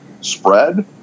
spread